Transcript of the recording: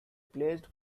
placed